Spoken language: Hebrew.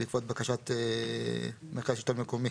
זאת בעקבות הבקשה של המרכז לשלטון מקומי.